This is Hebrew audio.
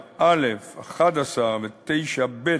9(א)(11) ו-9(ב)